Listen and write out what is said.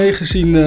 gezien